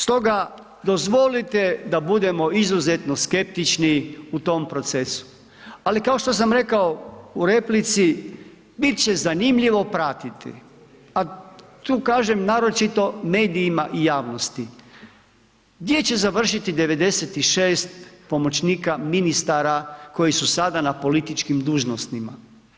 Stoga dozvolite da budemo izuzetno skeptični u tom procesu, ali kao što sam rekao, u replici, biti će zanimljivo pratiti, a tu kažem, naročito medijima i javnosti, gdje će završiti 96 pomoćnika ministara, koji su sada na političkim dužnosnika?